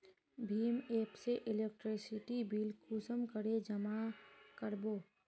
भीम app से electricity bill कुंसम करे जमा कर बो?